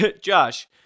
Josh